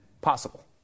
Possible